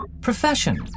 Profession